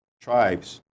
tribes